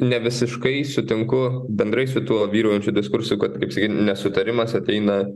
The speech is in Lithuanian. ne visiškai sutinku bendrai su tuo vyraujančiu diskursu kad kaip sakyt nesutarimas ateina